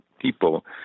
people